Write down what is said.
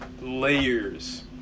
layers